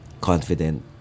confident